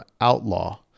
outlaw